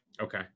Okay